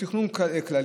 זה תכנון כללי,